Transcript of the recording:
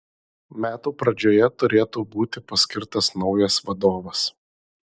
metų pradžioje turėtų būti paskirtas naujas vadovas